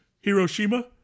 Hiroshima